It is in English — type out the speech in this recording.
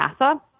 NASA